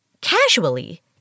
casually